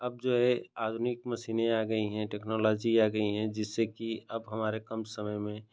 अब जो है आधुनिक मशीनें आ गई हैं टेक्नोलॉज़ी आ गई है जिससे कि अब हमारे कम समय में